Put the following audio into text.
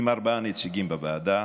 ארבעה נציגים בוועדה,